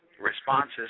responses